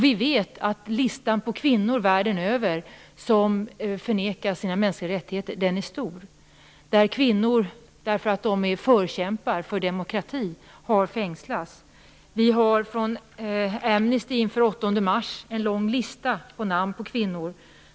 Vi vet att listan på kvinnor världen över som förnekas sina mänskliga rättigheter är omfattande. Det handlar bl.a. om kvinnor som har fängslats därför att de är förkämpar för demokrati. Vi har från Amnesty inför den 8 mars fått en lång lista med namn på kvinnor.